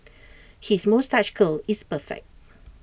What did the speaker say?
his moustache curl is perfect